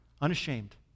unashamed